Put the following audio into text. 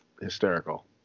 hysterical